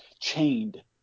chained